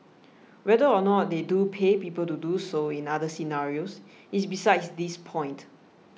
whether or not they do pay people to do so in other scenarios is besides this point